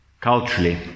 culturally